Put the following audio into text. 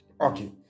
Okay